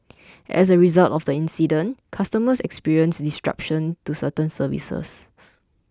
as a result of the incident customers experienced disruption to certain services